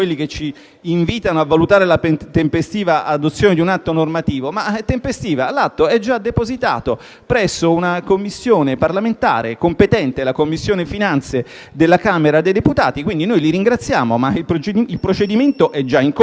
invitano a valutare la tempestiva adozione di un atto normativo, faccio notare che l'atto è già depositato presso una Commissione parlamentare competente, la Commissione finanze della Camera dei deputati. Quindi noi li ringraziamo, ma il procedimento è già in corso.